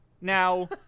Now